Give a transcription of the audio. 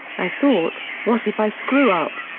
i thought, what if i screw up?